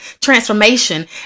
transformation